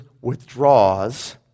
withdraws